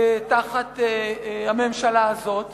תחת הממשלה הזאת